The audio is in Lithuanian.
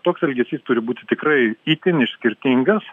toks elgesys turi būti tikrai itin išskirtingas